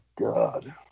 God